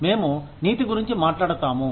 మేము నీతి గురించి మాట్లాడతాము